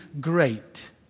great